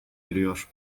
eriyor